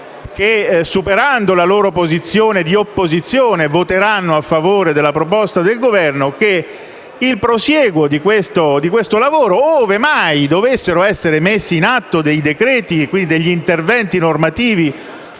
superando la loro posizione di opposizione, voteranno a favore della proposta del Governo - che il prosieguo di questo lavoro, ove mai dovessero essere messi in atto decreti o interventi normativi